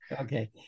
Okay